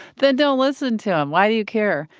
they don't listen to him why do you care?